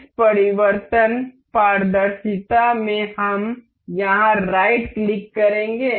इस परिवर्तन पारदर्शिता में हम यहां राइट क्लिक करेंगे